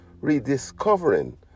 rediscovering